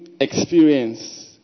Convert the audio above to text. experience